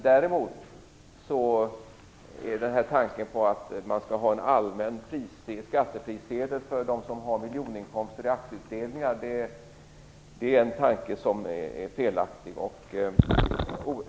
Däremot är tanken att man skall ha en allmän skattefrisedel för dem som har miljoninkomster i aktieutdelningar felaktig.